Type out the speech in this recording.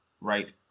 right